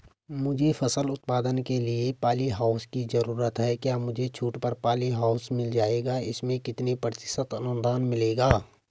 मुझे फसल उत्पादन के लिए प ॉलीहाउस की जरूरत है क्या मुझे छूट पर पॉलीहाउस मिल जाएगा इसमें कितने प्रतिशत अनुदान मिलेगा?